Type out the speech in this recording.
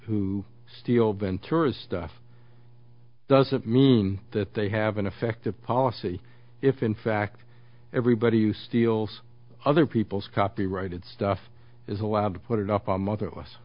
who steal ventura's stuff doesn't mean that they have an effective policy if in fact everybody who steals other people's copyrighted stuff is allowed to put it up on motherless